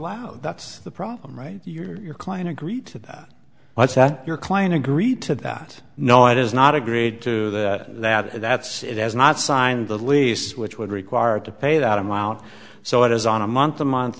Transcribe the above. allow that's the problem right your client agreed to that was that your client agreed to that no it is not agreed to that that that's it has not signed the lease which would require to pay that amount so it is on a month to month